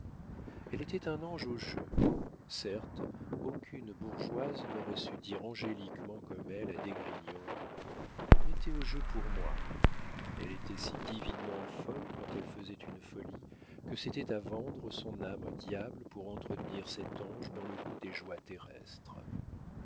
elle était un ange au jeu certes aucune bourgeoise n'aurait su dire angéliquement comme elle à d'esgrignon mettez au jeu pour moi elle était si divinement folle quand elle faisait une folie que c'était à vendre son âme au diable pour entretenir cet ange dans le goût des joies terrestres